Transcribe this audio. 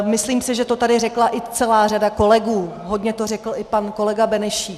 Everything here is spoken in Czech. Myslím si, že to tady řekla i celá řada kolegů, hodně to řekl i pan kolega Benešík.